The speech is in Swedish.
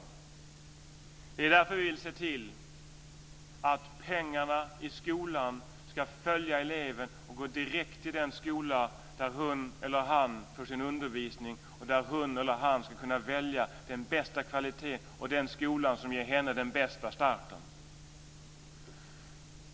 Det är därför vi vill se till att pengarna i skolan ska följa eleven och gå direkt till den skola där hon eller han får sin undervisning, där hon eller han ska kunna välja den bästa kvaliteten, den skola som ger henne den bästa starten.